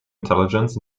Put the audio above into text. intelligence